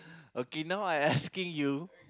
okay now I asking you